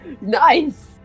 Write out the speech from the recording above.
Nice